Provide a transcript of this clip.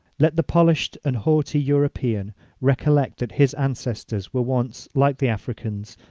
let the polished and haughty european recollect that his ancestors were once, like the africans,